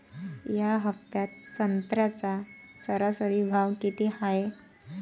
या हफ्त्यात संत्र्याचा सरासरी भाव किती हाये?